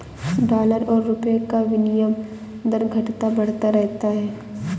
dollar और रूपए का विनियम दर घटता बढ़ता रहता है